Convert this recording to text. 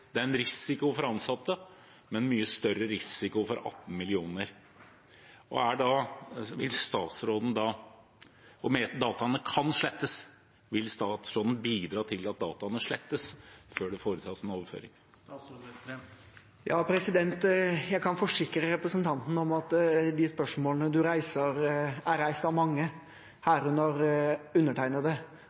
er en risiko for de ansatte, men en mye større risiko for 18 millioner kunder – og dataene kan slettes. Vil statsråden bidra til at de slettes før det foretas en overføring? Jeg kan forsikre representanten om at de spørsmålene han reiser, er reist av mange, herunder undertegnede.